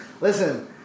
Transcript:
Listen